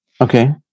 Okay